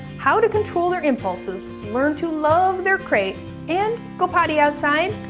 how to control their impulses, learn to love their crate and go potty outside,